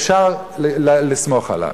אפשר לסמוך עליו.